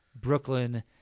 Brooklyn